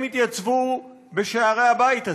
הנכים התייצבו בשערי הבית הזה,